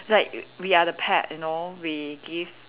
like we are the pet you know we give